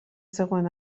zegoen